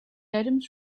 items